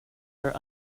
are